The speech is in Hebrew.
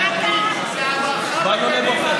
אל תעשה עלינו רוח.